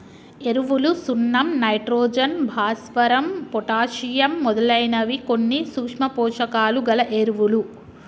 ఎరువులు సున్నం నైట్రోజన్, భాస్వరం, పొటాషియమ్ మొదలైనవి కొన్ని సూక్ష్మ పోషకాలు గల ఎరువులు